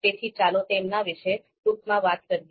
તેથી ચાલો તેમના વિશે ટૂંકમાં વાત કરીએ